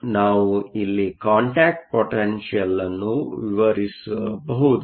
ಆದ್ದರಿಂದ ನಾವು ಇಲ್ಲಿ ಕಾಂಟ್ಯಾಕ್ಟ್ ಪೊಟೆನ್ಷಿಯಲ್ ಅನ್ನು ವಿವರಿಸಬಹುದು